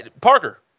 Parker